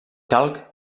calc